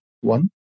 one